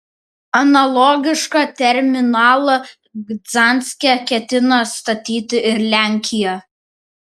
analogišką terminalą gdanske ketina statyti ir lenkija